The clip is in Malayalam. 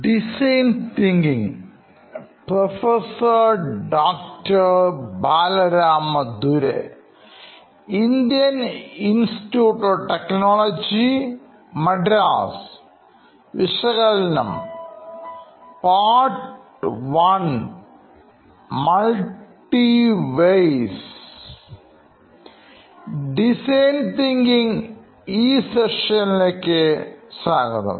ഡിസൈൻ തിങ്കിംഗ് ഈ സെഷൻ ലേക്ക് സ്വാഗതം